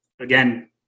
again